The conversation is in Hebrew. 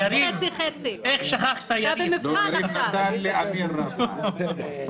כבוד יושב-ראש הוועדה,